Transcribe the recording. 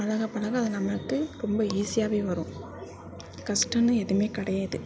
பழக பழக அது நம்மளுக்கு ரொம்ப ஈசியாகவே வரும் கஷ்டம்னு எதுவுமே கிடையாது